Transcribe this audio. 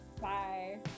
Bye